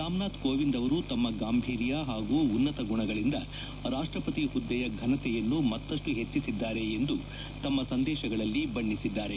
ರಾಮನಾಥ್ ಕೋವಿಂದ್ ಅವರು ತಮ್ಮ ಗಾಂಭೀರ್ಯ ಹಾಗೂ ಉನ್ನತ ಗುಣಗಳಿಂದ ರಾಷ್ಟ್ರಪತಿ ಹುದ್ದೆಯ ಘನತೆಯನ್ನು ಮತ್ತಷ್ನು ಹೆಚ್ಚಿಸಿದ್ದಾರೆ ಎಂದು ತಮ್ಮ ಸಂದೇಶಗಳಲ್ಲಿ ಬಣ್ಣಿಸಿದ್ದಾರೆ